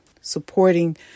Supporting